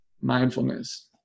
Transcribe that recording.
mindfulness